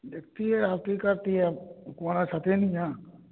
देखतियै हकीकत यऽ कुँवारा छथिन ने